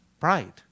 Pride